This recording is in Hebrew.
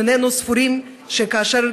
אנחנו איננו סבורים שכאשר,